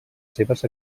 seves